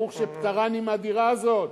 ברוך שפטרני מהדירה הזאת,